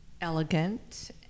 elegant